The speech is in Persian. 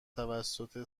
توسط